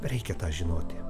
reikia žinoti